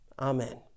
Amen